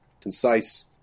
concise